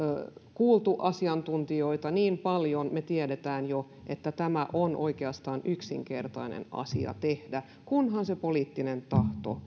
kuultu asiantuntijoita niin paljon me tiedämme jo että tämä on oikeastaan yksinkertainen asia tehdä kunhan se poliittinen tahto